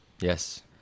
Yes